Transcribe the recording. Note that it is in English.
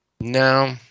no